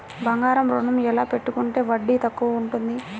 బంగారు ఋణం ఎలా పెట్టుకుంటే వడ్డీ తక్కువ ఉంటుంది?